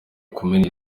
kumena